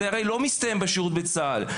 זה הרי לא מסתיים בשירות בצה"ל,